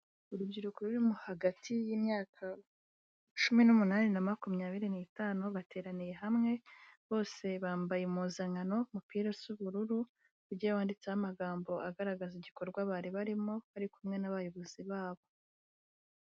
Urubyiruko ruri hagati y'imyaka cumi n'umunani na makumyabiri n'itanu bateraniye hamwe, bose bambaye impuzankano umupira usa ubururu, ugiye wanditseho amagambo agaragaza igikorwa bari barimo bari kumwe n'abayobozi babo.